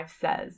says